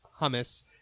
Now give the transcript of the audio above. hummus